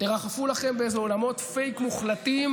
תרחפו לכם באיזה עולמות פייק מוחלטים,